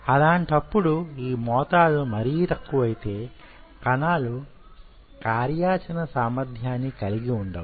అలాంటప్పుడు ఈ మోతాదు మరీ తక్కువ అయితే కణాలు కార్యాచరణ సామర్ధ్యాన్ని కలిగి ఉండవు